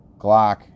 Glock